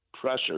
pressure